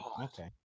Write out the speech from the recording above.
Okay